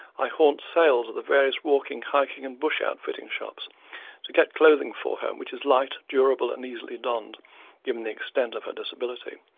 i haunt sales at the various walking, hiking and bush outfitting shops to get clothing for her which is light, durable and easily donned given the extent of her disability.